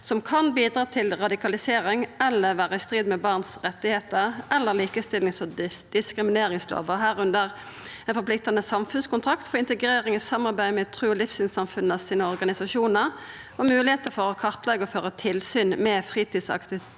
som kan bidra til radikalisering eller være i strid med barns rettigheter eller likestillings- og diskrimineringsloven, herunder: – en forpliktende samfunnskontrakt for integrering i samarbeid med tros- og livssynssamfunnenes organisasjoner – mulighet til å kartlegge og føre tilsyn med fritidsaktiviteter